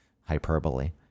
hyperbole